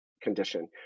condition